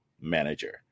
manager